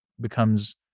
becomes